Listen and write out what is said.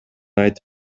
айтып